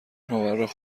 مورخ